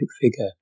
figure